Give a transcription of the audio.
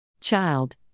Child